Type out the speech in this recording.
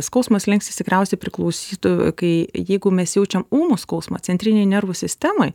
skausmo slenkstis tikriausiai priklausytų kai jeigu mes jaučiam ūmų skausmą centrinėj nervų sistemoj